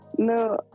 No